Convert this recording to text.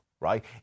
right